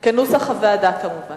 כנוסח הוועדה, כמובן.